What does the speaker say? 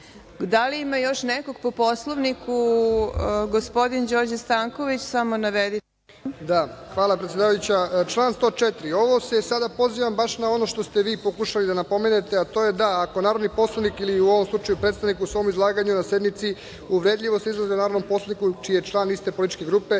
li ima još nekog po Poslovniku? Gospodin Đorđe Stanković. **Đorđe Stanković** Hvala predsedavajuća. Član 104. ovo se sada pozivam baš na ono što ste vi pokušali da napomenete, a to je da ako narodni poslanik ili u ovom slučaju predstavnik u svoj izlaganju na sednici uvredljivo se izrazi prema narodnom poslaniku, čiji je član iste političke grupe,